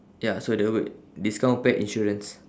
ya so there would discount pet insurance